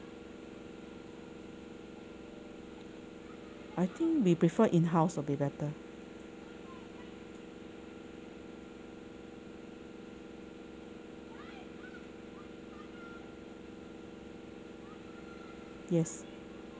I think we prefer in house will be better yes